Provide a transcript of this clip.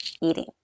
eating